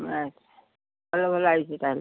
ଆଚ୍ଛା ଭଲ ଭଲ ଆଇଛି ତାହାଲେ